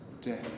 death